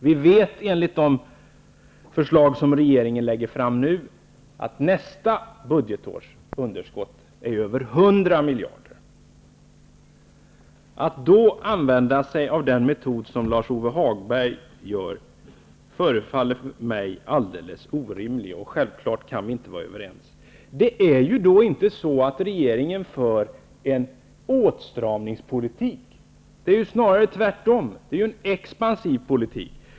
Vi vet, enligt de förslag regeringen lägger fram nu, att vi nästa budgetår har ett underskott på över 100 miljarder. Att då använda den metod Lars-Ove Hagberg föreslår förefaller mig alldeles orimligt. Självklart kan vi inte vara överens. Det är ju då inte så att regeringen för en åtstramningspolitik. Det är snarare tvärtom. Det är en expansiv politik.